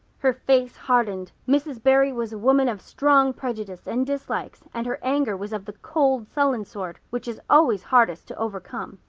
her face hardened. mrs. barry was a woman of strong prejudices and dislikes, and her anger was of the cold, sullen sort which is always hardest to overcome.